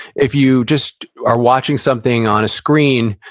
if you just are watching something on a screen,